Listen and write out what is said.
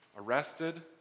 arrested